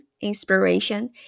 inspiration